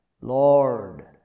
Lord